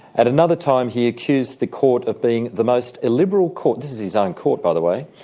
and another time he accused the court of being the most liberal court. this is his own court by the way.